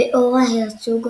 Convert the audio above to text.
ואורה הרצוג,